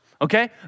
okay